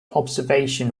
observation